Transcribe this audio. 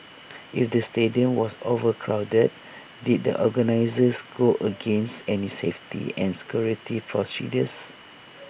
if the stadium was overcrowded did the organisers go against any safety and security procedures